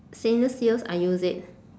stainless steels I use it